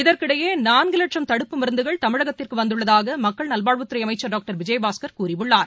இதற்கிடையேநான்குலட்சும் தடுப்பு மருந்துகள் தமிழகத்திற்குவந்துள்ளதாகமக்கள் நல்வாழ்வுத்துறைஅமைச்ச் டாக்டர் விஜயபாஸ்கர் கூறியுள்ளார்